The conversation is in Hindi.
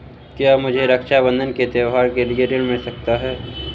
क्या मुझे रक्षाबंधन के त्योहार के लिए ऋण मिल सकता है?